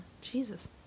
Jesus